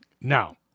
Now